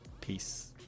Peace